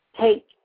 take